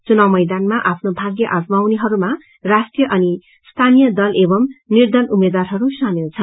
चुनाव मैदानमा आफ्नो भाग्य आजमाउनेहरूमा राष्ट्रिय अनि स्थानीय दल एवं निर्दल उम्मेद्वारहरू शामेल छन्